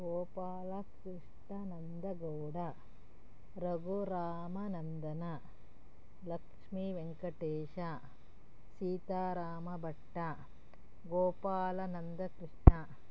Gopala Krishna Nandagowda Raghurama Nandana Lakshmi Venkatesha Seetharamabhatta Gopalananda Krishna